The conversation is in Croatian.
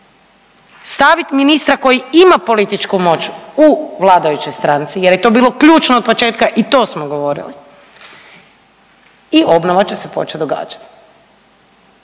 stavit ministra koji ima političku moć u vladajućoj stranci jer je to bilo ključno od početka i to smo govorili i obnova će se počet događat.